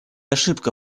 ошибка